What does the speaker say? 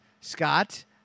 Scott